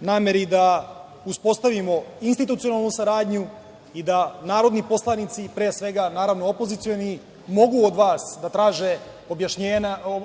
nameri da uspostavimo institucionalnu saradnju i da narodni poslanici, pre svega, naravno, opozicioni, mogu od vas da traže